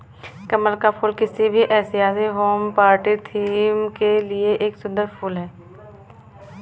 कमल का फूल किसी भी एशियाई होम पार्टी थीम के लिए एक सुंदर फुल है